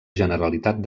generalitat